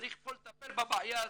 צריך פה לטפל בבעיה הזאת.